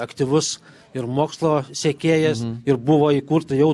aktyvus ir mokslo sekėjas ir buvo įkurta jau